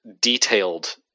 detailed